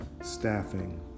staffing